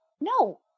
no